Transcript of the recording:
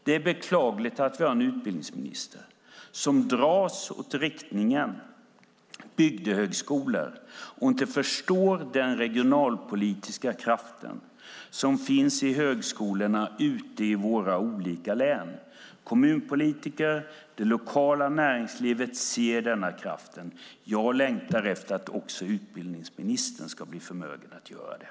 Det är beklagligt att vi har en utbildningsminister som dras åt riktningen bygdehögskolor och inte förstår den regionalpolitiska kraft som finns i högskolorna ute i våra olika län. Kommunpolitiker och det lokala näringslivet ser denna kraft. Jag längtar efter att också utbildningsministern ska bli förmögen att göra det.